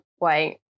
wait